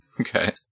Okay